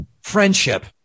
friendship